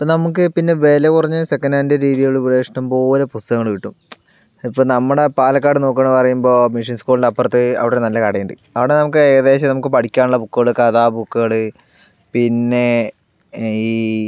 ഇപ്പോൾ നമുക്ക് പിന്നെ വില കുറഞ്ഞ സെക്കൻഡ് ഹാൻഡ് രീതിയിലുള്ള ഇവിടെ ഇഷ്ടം പോലെ പുസ്തകങ്ങൾ കിട്ടും ഇപ്പോൾ നമ്മുടെ പാലക്കാട് നോക്കുകയാണ് പറയുമ്പോൾ മിഷൻ സ്കൂളിൻ്റെ അപ്പുറത്ത് അവിടെ ഒരു നല്ല കടയുണ്ട് അവിടെ നമുക്ക് ഏകദേശം നമുക്ക് പഠിക്കാനുള്ള ബുക്കുകൾ കഥാ ബുക്കുകൾ പിന്നെ ഈ